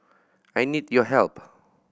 I need your help